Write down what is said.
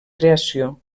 creació